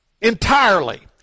entirely